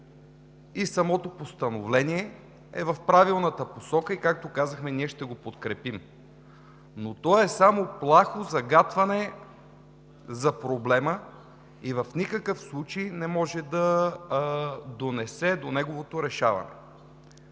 и самото постановление е в правилната посока и, както казахме, ние ще го подкрепим. То обаче е само плахо загатване на проблема и в никакъв случай не може да доведе до неговото решаване